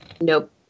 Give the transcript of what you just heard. Nope